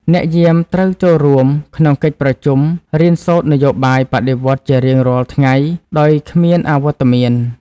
អ្នកយាមត្រូវចូលរួមក្នុងកិច្ចប្រជុំរៀនសូត្រនយោបាយបដិវត្តន៍ជារៀងរាល់ថ្ងៃដោយគ្មានអវត្តមាន។